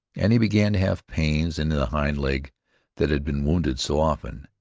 and he began to have pains in the hind leg that had been wounded so often.